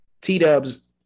T-Dubs